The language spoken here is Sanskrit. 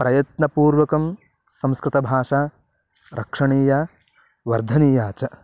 प्रयत्नपूर्वकं संस्कृतभाषा रक्षणीया वर्धनीया च